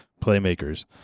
playmakers